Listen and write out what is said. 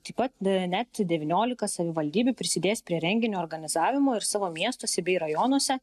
taip pat net devyniolika savivaldybių prisidės prie renginio organizavimo ir savo miestuose bei rajonuose